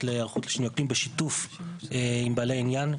להיערכות לשינוי אקלים בשיתוף עם בעלי עניין,